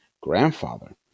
grandfather